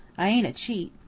i ain't a cheat.